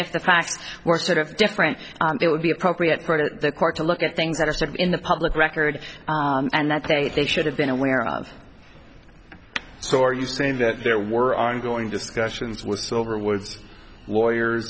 if the facts were sort of different it would be appropriate for the court to look at things that are stacked in the public record and that they should have been aware of so are you saying that there were ongoing discussions with silverwood lawyers